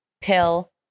pill